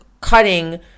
cutting